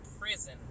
prison